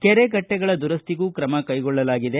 ಕೆರೆ ಕಟ್ಟೆಗಳ ದುರಸ್ತಿಗೂ ಕ್ರಮ ಕೈಗೊಳ್ಳಲಾಗಿದೆ